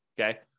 Okay